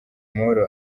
amahoro